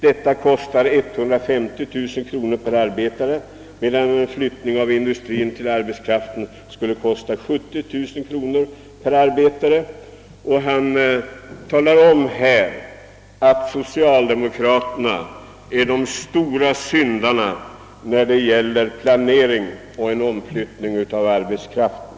Det skulle kosta 150 000 kronor per arbetare, medan en flyttning av industrien till arbetskraften skulle kosta 70 000 kronor per arbetare. Herr Eliasson hade enligt referatet sagt, att socialdemokraterna är de stora syndarna när det gäller omflyttning av arbetskraften.